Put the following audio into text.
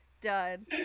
done